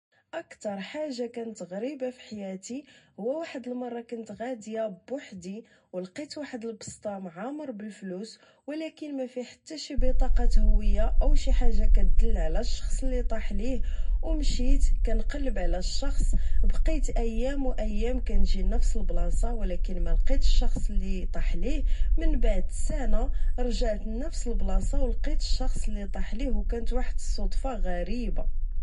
أكتر حاجة كانت غريبة فحياتي هو واحد المرة كنت غادية بوحدي لقيت واحد البزطام عامر بالفلوس ولكن مفيه حتي شي بطاقة هوية أو شي حاجة كدل على الشخص لي طاح ليه أو مشيت كنقلب على الشخص بقيت أيام أو أيام كنجي لنفس البلاصة ولكن ملقيتش الشخص لي طاح ليه من بعد سنة رجعت لنفس البلاصة أو لقيت الشخص لي طاح ليه أو كانت واحد الصدفة غريبة